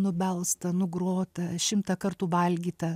nubelsta nugrota šimtą kartų valgyta